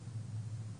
לרשות לאיסור הלבנת הון.